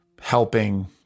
helping